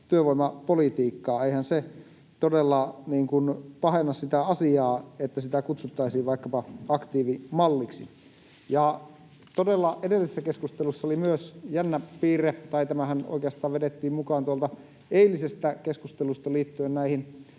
työvoimapolitiikkaa. Eihän se todella pahenna sitä asiaa, että sitä kutsuttaisiin vaikkapa aktiivimalliksi. Edellisessä keskustelussa oli myös se jännä piirre, tai tämähän oikeastaan vedettiin mukaan tuolta eilisestä keskustelusta liittyen näihin